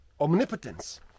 omnipotence